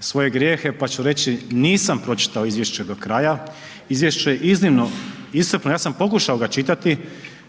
svoje grijehe pa ću reći nisam pročitao izvješće do kraja, izvješće je iznimno iscrpno, ja sam pokušao ga čitati,